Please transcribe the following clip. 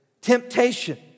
Temptation